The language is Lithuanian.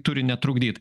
turi netrukdyt